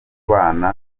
kubana